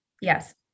Yes